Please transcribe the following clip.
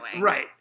Right